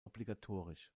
obligatorisch